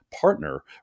partner